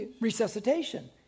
resuscitation